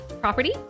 property